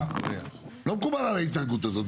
יעקב --- לא מקובל עלי ההתנהגות הזאת,